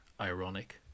ironic